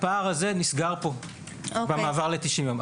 הפער הזה נסגר פה במעבר ל-90 יום.